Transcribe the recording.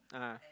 ah